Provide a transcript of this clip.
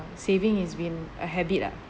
saving is been a habit lah